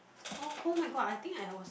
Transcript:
oh [oh]-my-god I think I was